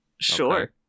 Sure